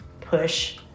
push